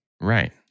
Right